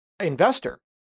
investor